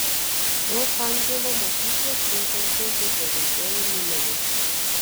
los andželo mokyklą kreigas baigė devintuoju numeriu